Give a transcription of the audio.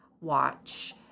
watch